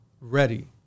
ready